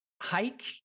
hike